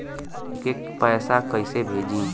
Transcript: हमके पैसा कइसे भेजी?